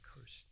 cursed